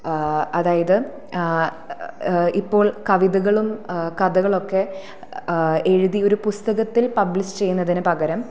അതായത് ഇപ്പോൾ കവിതകളും കഥകളൊക്കെ എഴ്തി ഒരു പുസ്തകത്തിൽ പബ്ലിഷ് ചെയ്യുന്നതിന് പകരം